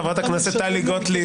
חברת הכנסת טלי גוטליב,